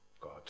God